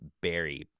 berry